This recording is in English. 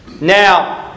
Now